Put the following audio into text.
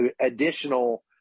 additional